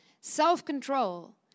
self-control